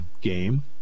game